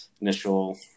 initial